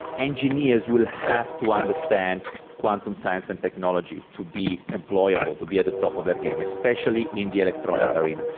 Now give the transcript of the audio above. engineers will have to understand quantum science and technology to be employable, to be at the top of their game, especially in the electronic arena.